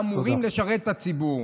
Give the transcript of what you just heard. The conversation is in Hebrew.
אמורים לשרת את הציבור.